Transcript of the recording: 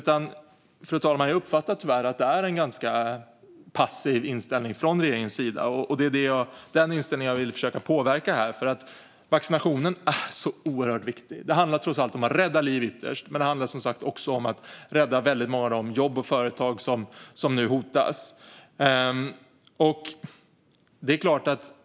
Tyvärr, fru talman, uppfattar jag att det är en ganska passiv inställning från regeringens sida. Det är den inställningen som jag vill försöka påverka här. Vaccinationerna är oerhört viktiga. Det handlar trots allt ytterst om att rädda liv men också, som sagt, om att rädda många av de jobb och företag som nu hotas.